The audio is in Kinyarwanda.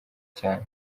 cyane